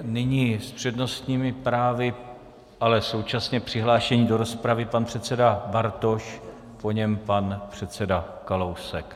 Nyní s přednostními právy, ale současně přihlášení do rozpravy, pan předseda Bartoš, po něm pan předseda Kalousek.